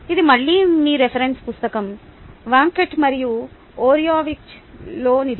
ఇది మళ్ళీ మీ రిఫరెన్స్ పుస్తకం వాంకట్ మరియు ఓరియోవిక్జ్ లోనిది